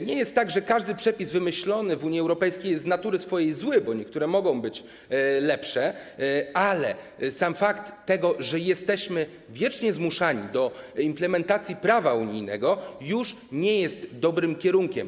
Nie jest tak, że każdy przepis wymyślony w Unii Europejskiej jest ze swej natury zły, bo niektóre mogą być lepsze, ale sam fakt, że jesteśmy wiecznie zmuszani do implementacji prawa unijnego, już nie jest dobrym kierunkiem.